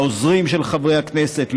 לעוזרים של חברי הכנסת,